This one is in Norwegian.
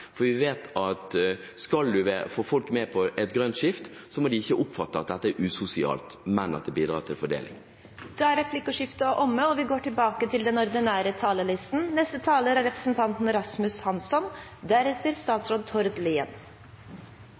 for vi vet at skal man få folk med på et grønt skifte, må de ikke oppfatte at dette er usosialt, men at det bidrar til fordeling. Replikkordskiftet er omme. Budsjettet som Stortinget har vedtatt i år, inneholder mange gode grønne tiltak – innen forskning, innen teknologiutvikling, innen skogvern osv. Dette er